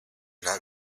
not